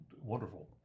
wonderful